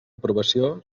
aprovació